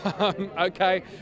Okay